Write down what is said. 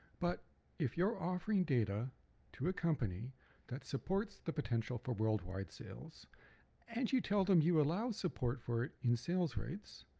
but if you're offering data to a company that supports the potential for worldwide sales and you tell them you allow support for it in sales rights,